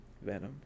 Venom